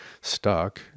stuck